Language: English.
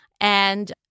And-